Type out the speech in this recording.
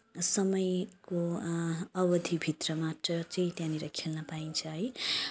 समयको अवधिभित्र मात्र चाहिँ त्यहाँनिर खेल्न पाइन्छ है